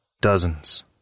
Dozens